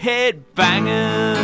Headbangers